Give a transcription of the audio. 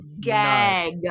gag